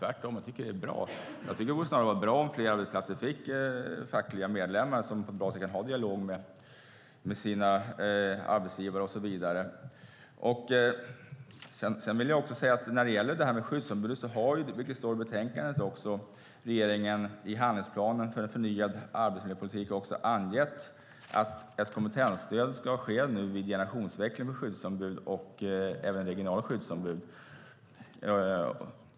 Tvärtom, jag tycker att det är bra. Jag tycker snarare att det vore bra om fler arbetsplatser fick fackliga medlemmar som på ett bra sätt kan ha en dialog med sina arbetsgivare och så vidare. Sedan vill jag när det gäller skyddsombud säga - och det står också i betänkandet - att regeringen i handlingsplanen för en förnyad arbetsmiljöpolitik har angett att ett kompetensstöd ska ske vid generationsväxlingen för skyddsombud och även regionala skyddsombud.